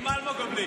זה עם אלמוג או בלי?